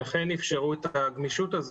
לכן אפשרו את הגמישות הזאת.